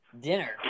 dinner